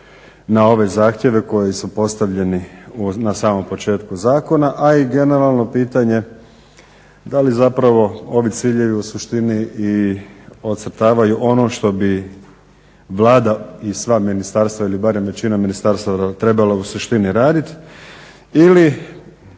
na ove zahtjeve koji su postavljeni na samom početku zakona, a i generalno pitanje da li zapravo ovi ciljevi u suštini i ocrtavaju ono što bi Vlada i sva ministarstva ili barem većina ministarstava trebala u suštini raditi ili